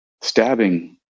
stabbing